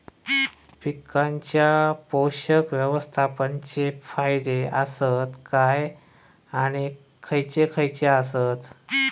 पीकांच्या पोषक व्यवस्थापन चे फायदे आसत काय आणि खैयचे खैयचे आसत?